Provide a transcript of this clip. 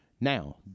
Now